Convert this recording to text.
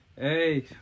Hey